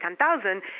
10,000